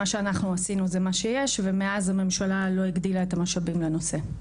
מה שאנחנו עשינו זה מה שיש ומאז הממשלה לא הגדילה את המשאבים לנושא.